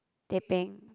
teh peng